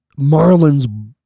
Marlins